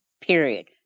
period